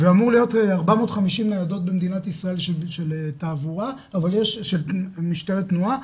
ואמורות להיות 450 ניידות במדינת ישראל של משטרת תנועה,